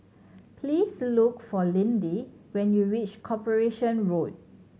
please look for Lindy when you reach Corporation Road